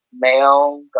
male